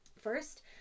First